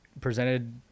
presented